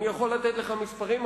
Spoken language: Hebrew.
אני יכול לתת לך מספרים,